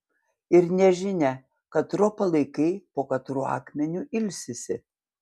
ir nežinia katro palaikai po katruo akmeniu ilsisi